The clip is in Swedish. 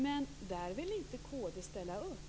Men där vill inte kd ställa upp.